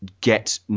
get